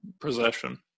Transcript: possession